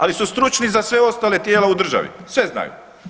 Ali su stručni za sve ostale tijela u državi, sve znaju.